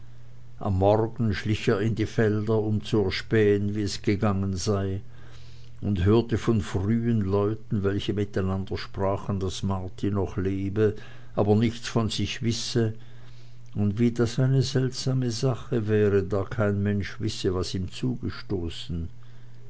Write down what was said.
am morgen schlich er in die felder um zu erspähen wie es gegangen sei und hörte von frühen leuten welche miteinander sprachen daß marti noch lebe aber nichts von sich wisse und wie das eine seltsame sache wäre da kein mensch wisse was ihm zugestoßen